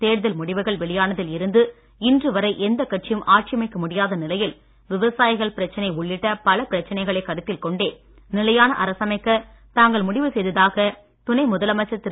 தேர்தல் முடிவுகள் வெளியானதில் இருந்து இன்று வரை எந்தக் கட்சியும் ஆட்சியமைக்க முடியாத நிலையில் விவசாயிகள் பிரச்னை உள்ளிட்ட பல பிரச்னைகளை கருத்தில் கொண்டே நிலையான அரசமைக்க தாங்கள் முடிவு செய்ததாக துணை முதலமைச்சர் திரு